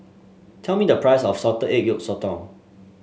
tell me the price of Salted Egg Yolk Sotong